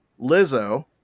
lizzo